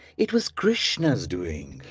it was krishna's doing.